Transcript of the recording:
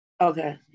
Okay